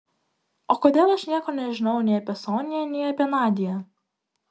o kodėl aš nieko nežinojau nei apie sonią nei apie nadią